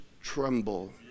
tremble